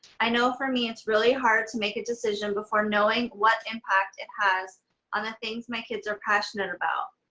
i know for me it's really hard to make a decision before knowing what impact it has on the things my kids are passionate about.